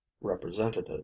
representative